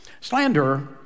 Slander